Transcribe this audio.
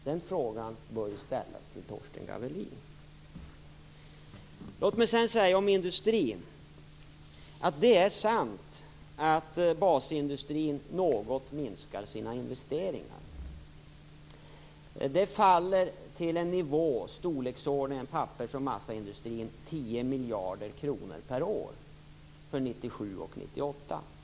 Den frågan bör ställas till Torsten Det är sant att basindustrin något minskar sina investeringar. När det gäller pappers och massaindustrin faller de till en nivå i storleksordningen 10 miljarder kronor per år för 1997 och 1998.